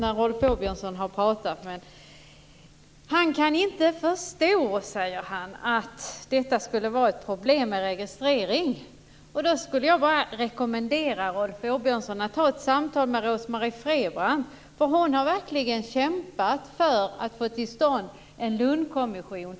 Fru talman! Rolf Åbjörnsson kan inte förstå att det kan vara ett problem med registrering. Jag skulle bara vilja rekommendera Rolf Åbjörnsson att ta ett samtal med Rose-Marie Frebran. Hon har verkligen kämpat för att få till stånd en Lundkommission.